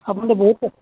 আপোনালোকে বহুত